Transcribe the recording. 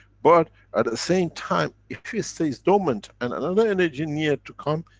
but at the same time, if this stays dormant and another energy near to come,